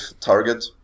target